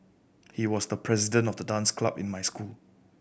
he was the president of the dance club in my school